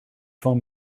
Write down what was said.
phone